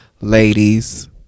Ladies